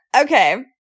Okay